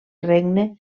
regne